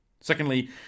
Secondly